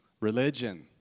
religion